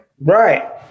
Right